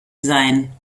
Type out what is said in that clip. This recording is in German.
sein